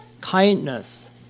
kindness